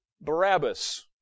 Barabbas